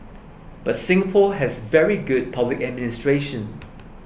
but Singapore has very good public administration